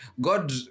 God